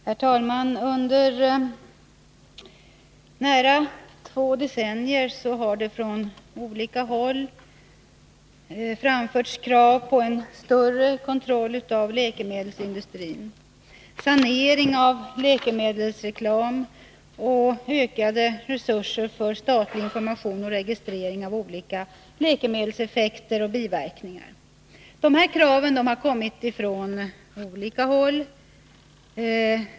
Herr talman! Under nära två decennier har det framförts krav på större kontroll av läkemedelsindustrin, sanering av läkemedelsreklamen samt ökade resurser för statlig information och registrering av olika läkemedelseffekter och biverkningar. Kraven har kommit från olika håll.